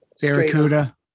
Barracuda